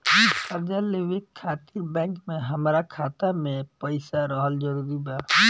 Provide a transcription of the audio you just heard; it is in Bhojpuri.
कर्जा लेवे खातिर बैंक मे हमरा खाता मे पईसा रहल जरूरी बा?